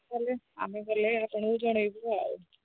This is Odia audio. ହେଲେ ଆମେ ଗଲେ ଆପଣଙ୍କୁ ଜଣେଇବୁ ଆଉ